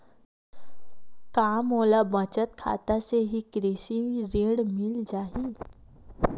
का मोला बचत खाता से ही कृषि ऋण मिल जाहि?